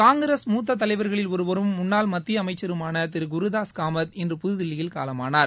காங்கிரஸ் மூத்த தலைவர்களில் ஒருவரும் முன்னாள் மத்திய அமைச்சருமான திரு குருதாஸ் காமத் இன்று புதுதில்லியில் காலமனார்